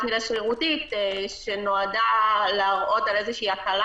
מידה שרירותית שנועדה להראות על איזו שהיא הקלה